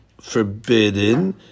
forbidden